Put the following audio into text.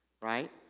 right